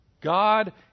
God